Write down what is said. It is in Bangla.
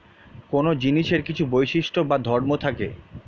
কোন জিনিসের কিছু বৈশিষ্ট্য বা ধর্ম থাকে